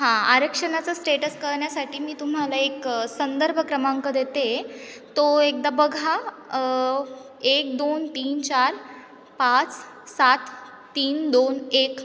हां आरक्षणाचा स्टेटस कळण्यासाठी मी तुम्हाला एक संदर्भ क्रमांक देते तो एकदा बघा एक दोन तीन चार पाच सात तीन दोन एक